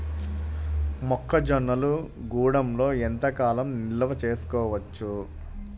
మొక్క జొన్నలు గూడంలో ఎంత కాలం నిల్వ చేసుకోవచ్చు?